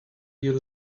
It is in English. you